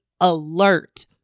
alert